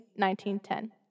1910